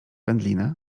wędlinę